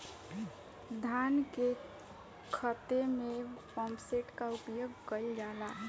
धान के ख़हेते में पम्पसेट का उपयोग कइल जाला?